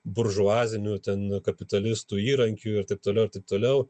buržuazinių ten kapitalistų įrankiu ir taip toliau ir taip toliau